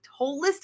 holistic